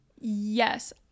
Yes